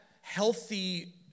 healthy